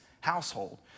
household